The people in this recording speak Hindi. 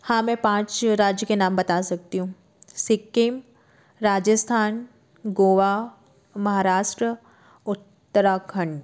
हाँ मैं पाँच के राज्य के नाम बता सकती हूँ सिक्किम राजस्थान गोवा महाराष्ट्र उत्तराखण्ड